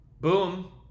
boom